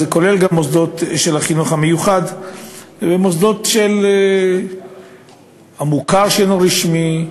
זה כולל גם מוסדות של החינוך המיוחד ומוסדות של המוכר שאינו רשמי.